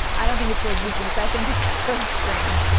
i don't think it shows weakness. i think it shows strain.